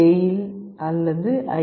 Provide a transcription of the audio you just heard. கெயில் அல்லது ஐ